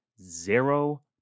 zero